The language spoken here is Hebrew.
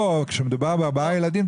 כאשר מדובר על ארבעה ילדים,